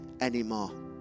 anymore